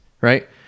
Right